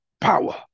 power